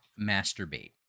masturbate